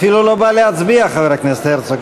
אפילו לא בא להצביע, חבר הכנסת הרצוג.